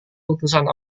utusan